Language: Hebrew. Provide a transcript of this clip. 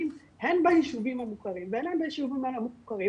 הן ביישובים המוכרים והן ביישובים הלא מוכרים,